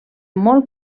molt